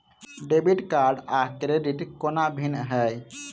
Debit card आ credit कोना भिन्न है?